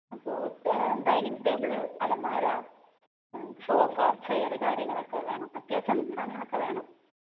അപ്പോൾ dining table അലമാര sofa chair കാര്യങ്ങളൊക്കെ വേണം അത്യാവശ്യം സാധനങ്ങളൊക്കെ വേണം